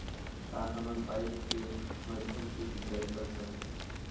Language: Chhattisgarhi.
का हमन पाइप के माध्यम से सिंचाई कर सकथन?